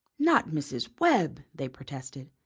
not mrs. webb! they protested.